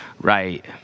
right